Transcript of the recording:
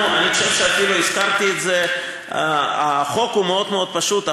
אני חושב שאפילו הזכרתי את זה: החוק הוא מאוד מאוד פשוט.